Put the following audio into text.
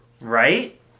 right